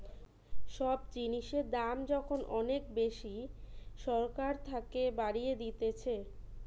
সব জিনিসের দাম যখন অনেক বেশি সরকার থাকে বাড়িয়ে দিতেছে